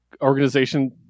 organization